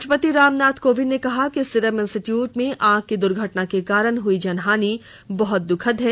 राष्ट्रपति रामनाथ कोविंद ने कहा कि सीरम इंस्टीट्यूट में आग की दुर्घटना के कारण हुई जनहानि बहुत दुखद है